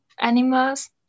animals